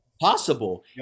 possible